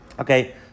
Okay